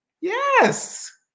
Yes